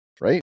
right